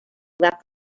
left